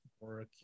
work